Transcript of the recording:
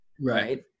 Right